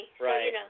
Right